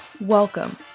Welcome